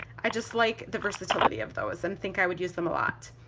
i just like the versatility of those and think i would use them a lot.